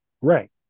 Right